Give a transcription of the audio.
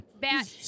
bad